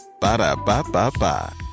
ba-da-ba-ba-ba